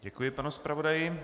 Děkuji panu zpravodaji.